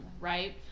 right